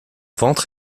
ventre